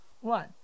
one